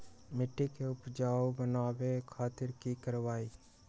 मिट्टी के उपजाऊ बनावे खातिर की करवाई?